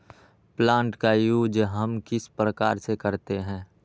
Plant का use हम किस प्रकार से करते हैं?